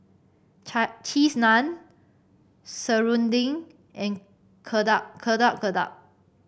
Cheese Naan serunding and Getuk Getuk Getuk